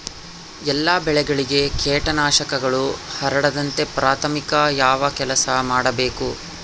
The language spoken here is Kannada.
ಎಲ್ಲ ಬೆಳೆಗಳಿಗೆ ಕೇಟನಾಶಕಗಳು ಹರಡದಂತೆ ಪ್ರಾಥಮಿಕ ಯಾವ ಕೆಲಸ ಮಾಡಬೇಕು?